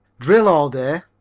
drill all day.